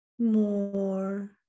more